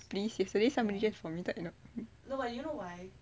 please yesterday somebody just vomitted in her bowl